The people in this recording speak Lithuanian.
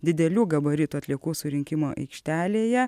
didelių gabaritų atliekų surinkimo aikštelėje